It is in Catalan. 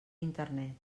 internet